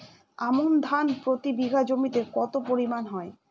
আমন ধান প্রতি বিঘা জমিতে কতো পরিমাণ হয়?